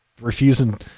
refusing